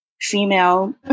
female